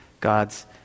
God's